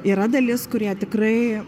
yra dalis kurie tikrai